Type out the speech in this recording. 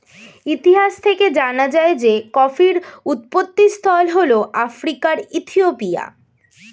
ইতিহাস থেকে জানা যায় যে কফির উৎপত্তিস্থল হল আফ্রিকার ইথিওপিয়া